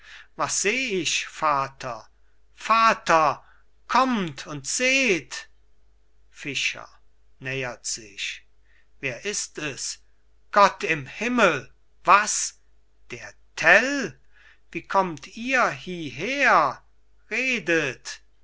was seh ich vater vater kommt und seht fischer nähert sich wer ist es gott im himmel was der tell wie kommt ihr hieher redet